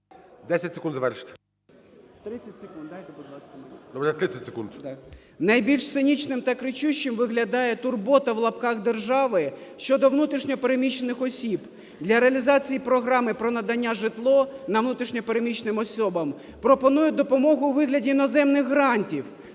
Найбільш цинічним та кричущим виглядає "турбота" держави щодо внутрішньо переміщених осіб. Для реалізації програми про надання житла внутрішньо переміщеним особам пропонують допомогу у вигляді іноземних грантів,